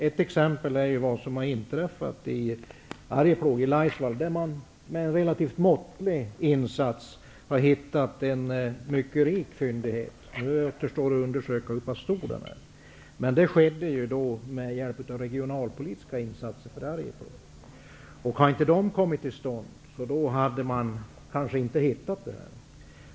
Ett exempel är vad som har inträffat i Arjeplog, i Laisvall, där man med relativt måttlig insats har hittat en mycket rik fyndighet. Nu återstår att undersöka hur pass stor den är. Fyndigheten upptäcktes med hjälp av regionalpolitiska insatser för Arjeplog, och hade inte de kommit till stånd hade man kanske inte hittat den.